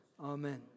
Amen